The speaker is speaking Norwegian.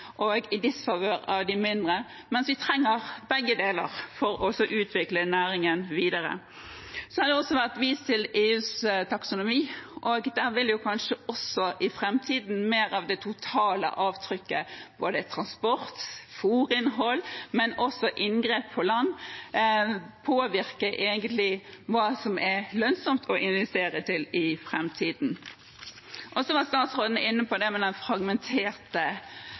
i disfavør av de mindre, mens vi trenger begge deler for å utvikle næringen videre. Så har det også vært vist til EUs taksonomi, og der vil i framtiden kanskje mer av det totale avtrykket – transport og fôrinnhold, men også inngrep på land – egentlig påvirke hva som er lønnsomt å investere i i framtiden. Så var statsråden inne på det med den fragmenterte forvaltningen. Undertegnede og Arbeiderpartiet har flere ganger løftet opp at det